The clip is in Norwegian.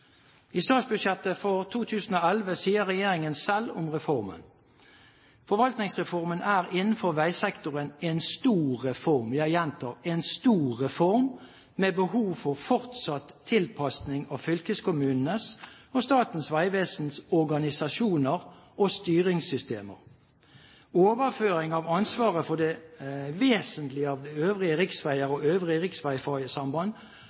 I statsbudsjettet for 2011 sier regjeringen selv om reformen: «Forvaltningsreformen er innenfor vegsektoren en stor reform» – jeg gjentar: en stor reform – «med behov for fortsatt tilpasning av fylkeskommunenes og Statens vegvesens organisasjoner og styringssystemer. Overføring av ansvaret for det vesentlige av øvrige